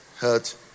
hurt